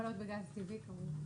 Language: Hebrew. שמופעלות בגז טבעי כמובן.